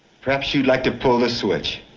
perhaps you'd like to pull the switch.